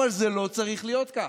אבל זה לא צריך להיות כך.